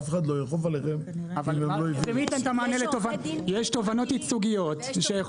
אף אחד לא יאכוף עליכם אם הם לא הביאו את זה.